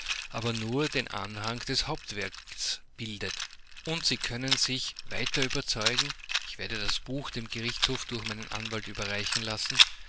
aber nur den anhang des hauptwerks bildet und sie können sich weiter überzeugen ich werde das buch dem gerichtshofe durch meinen anwalt überreichen lassen